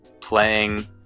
playing